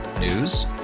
News